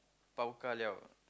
pao ka liao